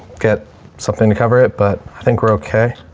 get something to cover it. but i think we're okay.